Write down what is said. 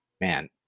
man